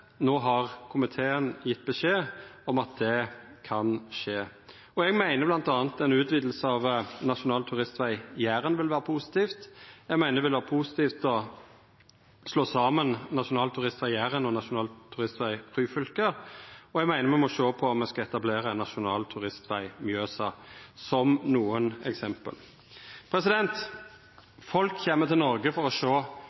har komiteen gjeve beskjed om at det kan skje. Eg meiner bl.a. at ei utviding av Nasjonal turistveg Jæren vil vera positivt, eg meiner det vil vera positivt å slå saman Nasjonal turistveg Jæren og Nasjonal turistveg Ryfylke, og eg meiner me må sjå på om me skal etablera Nasjonal turistveg Mjøsa – som nokre eksempel.